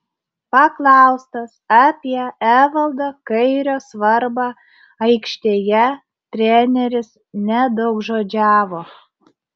paklaustas apie evaldo kairio svarbą aikštėje treneris nedaugžodžiavo